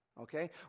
Okay